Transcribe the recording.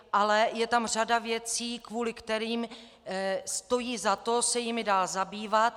Ale je tam řada věcí, kvůli kterým stojí za to se jimi dál zabývat.